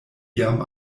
iam